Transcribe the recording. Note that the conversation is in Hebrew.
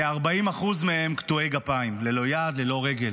כ-40% מהם קטועי גפיים, ללא יד, ללא רגל,